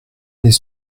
les